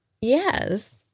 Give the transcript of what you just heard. Yes